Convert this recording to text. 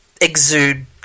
exude